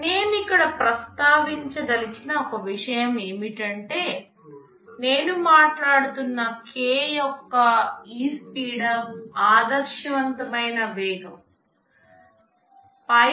నేను ఇక్కడ ప్రస్తావించదలిచిన ఒక విషయం ఏమిటంటే నేను మాట్లాడుతున్న k యొక్క ఈ స్పీడప్ ఆదర్శవంతమైన వేగం